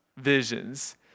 visions